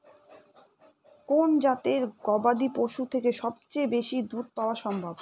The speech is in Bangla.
কোন জাতের গবাদী পশু থেকে সবচেয়ে বেশি দুধ পাওয়া সম্ভব?